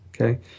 okay